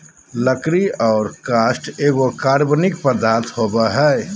लकड़ी और काष्ठ एगो कार्बनिक पदार्थ होबय हइ